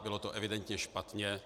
Bylo to evidentně špatně.